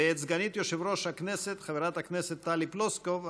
ואת סגנית יושב-ראש הכנסת חברת הכנסת טלי פלוסקוב,